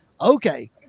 Okay